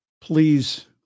please